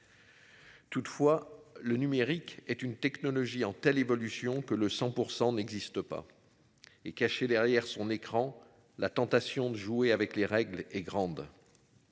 Toutefois, le numérique est une technologie en telle évolution que le 100% n'existe pas. Et caché derrière son écran la tentation de jouer avec les règles et grande.